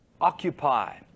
occupy